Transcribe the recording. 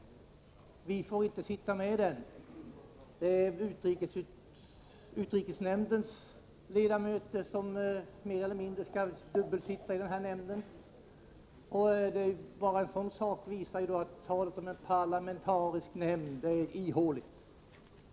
Vi får inte sitta med i den. Det är mer eller mindre utrikesnämndens ledamöter som skall sitta också i den nämnden — alltså en sorts dubblering. Bara en sådan sak visar att talet om en parlamentarisk nämnd är ihåligt.